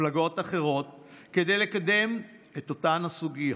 ממפלגות אחרות כדי לקדם את אותן סוגיות,